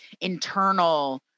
internal